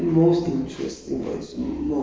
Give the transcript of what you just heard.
ya um